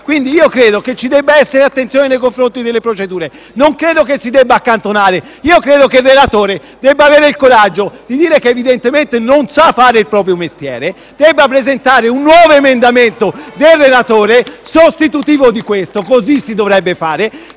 quindi che ci debba essere attenzione nei confronti delle procedure e non penso che si debba accantonare. Credo che il relatore debba avere il coraggio di dire che, evidentemente, non sa fare il proprio mestiere e che debba presentare un suo nuovo emendamento, sostitutivo di questo. Così si dovrebbe fare.